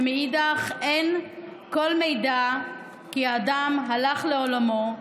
ומאידך אין כל מידע כי האדם הלך לעולמו,